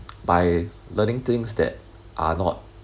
by learning things that are not